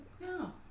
no